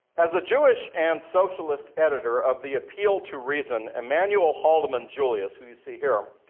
as a jewish and socialist editor of the appeal to reason, emanuel haldeman julius, who you see here,